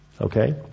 Okay